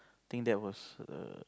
think that was